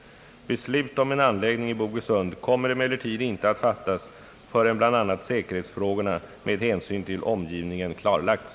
Beslut om en anläggning i Bogesund kommer emellertid inte att fattas förrän bl.a. säkerhetsfrågorna med hänsyn till omgivningen klarlagts:.